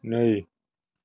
नै